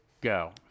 go